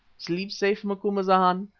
sleep safe, macumazana.